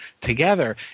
together